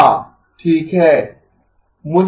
हाँ ठीक है